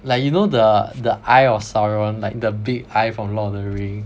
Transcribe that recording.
like you know the the eye of sauron like the big eye from Lord of the Rings